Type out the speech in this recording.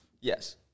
Yes